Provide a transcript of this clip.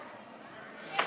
שמית,